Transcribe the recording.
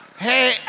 Hey